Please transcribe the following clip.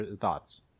thoughts